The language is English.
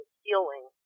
healing